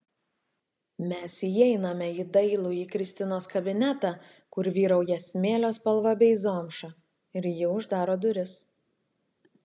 mes įeiname į dailųjį kristinos kabinetą kur vyrauja smėlio spalva bei zomša ir ji uždaro duris